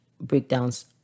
breakdowns